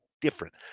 different